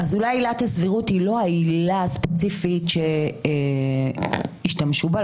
אולי עילת הסבירות היא לא העילה הספציפית שהשתמשו בה,